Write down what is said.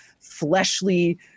fleshly